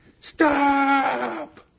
Stop